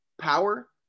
power